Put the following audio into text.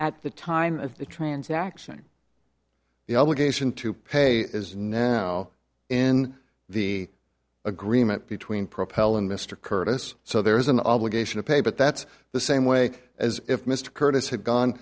at the time of the transaction the obligation to pay is now in the agreement between propel and mr curtis so there is an obligation to pay but that's the same way as if mr curtis had gone